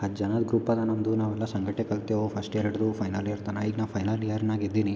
ಹತ್ತು ಜನದ ಗ್ರೂಪದ ನಮ್ಮದು ನಾವೆಲ್ಲ ಸಂಗಟ್ಟೆ ಕಲ್ತೆವು ಫಸ್ಟ್ ಇಯರ್ ಹಿಡ್ದು ಫೈನಲ್ ಇಯರ್ ತನಕ ಈಗ ನಾವು ಫೈನಲ್ ಇಯರ್ನಾಗ ಇದ್ದೀನಿ